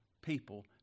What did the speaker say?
people